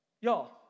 Y'all